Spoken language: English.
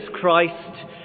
Christ